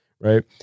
right